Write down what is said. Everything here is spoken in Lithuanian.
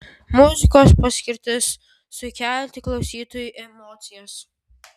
muzikos paskirtis sukelti klausytojui emocijas